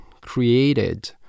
created